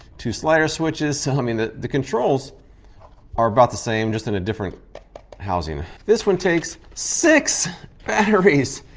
two slider switches. so i mean the controls are about the same, just in a different housing. this one takes six batteries.